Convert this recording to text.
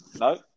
no